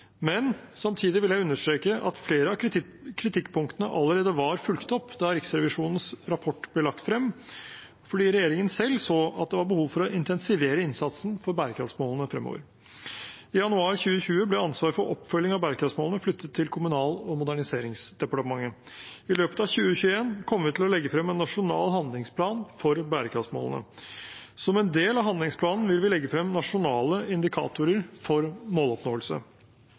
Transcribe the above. men samtidig vil jeg understreke at flere av kritikkpunktene allerede var fulgt opp da Riksrevisjonens rapport ble lagt frem, fordi regjeringen selv så at det var behov for å intensivere innsatsen for bærekraftsmålene fremover. I januar 2020 ble ansvaret for oppfølging av bærekraftsmålene flyttet til Kommunal- og moderniseringsdepartementet. I løpet av 2021 kommer vi til å legge frem en nasjonal handlingsplan for bærekraftsmålene. Som en del av handlingsplanen vil vi legge frem nasjonale indikatorer for måloppnåelse.